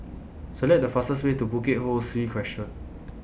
Select The fastest Way to Bukit Ho Swee Crescent